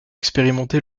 expérimenté